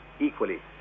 equally